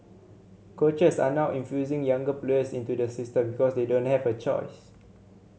coaches are now infusing younger players into the system because they don't have a choice